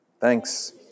Thanks